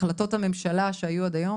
החלטות הממשלה שהיו עד היום,